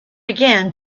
again